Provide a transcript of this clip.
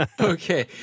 Okay